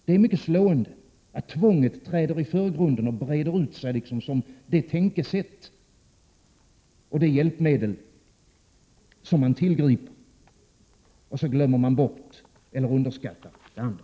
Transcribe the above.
Det är mycket slående att tvånget träder i förgrunden och breder ut sig som det tänkesätt och det hjälpmedel som skall tillgripas, och så glömmer man bort eller underskattar det andra.